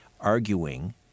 arguing